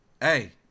hey